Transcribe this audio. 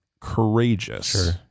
courageous